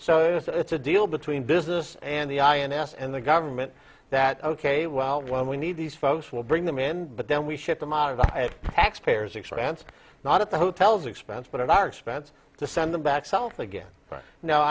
so it's a deal between business and the ins and the government that ok well when we need these folks will bring them in but then we ship them out as i have taxpayers expense not at the hotels expense but at our expense to send them back south again